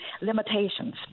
limitations